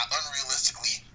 unrealistically